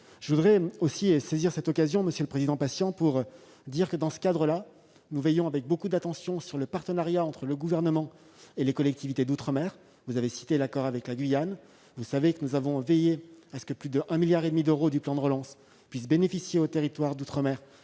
Je voudrais enfin saisir cette occasion, monsieur le sénateur, pour rappeler que, dans ce cadre, nous veillons avec beaucoup d'attention sur le partenariat entre le Gouvernement et les collectivités d'outre-mer. Vous avez cité l'accord signé avec la Guyane : vous savez que nous avons veillé à ce que plus de 1,5 milliard d'euros du plan de relance puissent bénéficier aux territoires d'outre-mer.